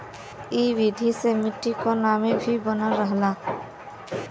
इ विधि से मट्टी क नमी भी बनल रहला